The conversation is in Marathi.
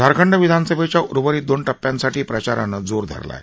झारखंड विधानसभेच्या उर्वरित दोन टप्प्यांसाठी प्रचारानं जोर धरला आहे